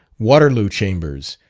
waterloo chambers,